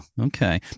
okay